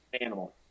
animal